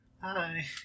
Hi